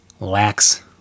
lax